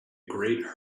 great